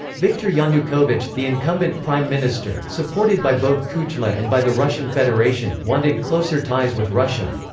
viktor yanukovych, the incumbent prime minister, supported by both kuchma and by the russian federation, wanted closer ties with russia.